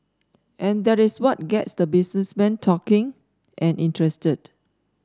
and that is what gets the businessmen talking and interested